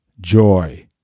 joy